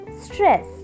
stress